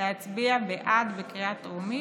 להצביע בעד בקריאה טרומית.